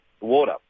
water